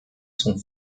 sont